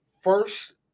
first